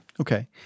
Okay